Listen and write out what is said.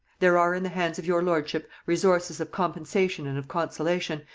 there are in the hands of your lordship resources of compensation and of consolation,